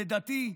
לדעתי,